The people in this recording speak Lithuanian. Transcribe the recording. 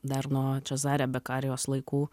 dar nuo čezarė bekarijos laikų